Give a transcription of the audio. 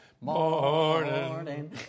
morning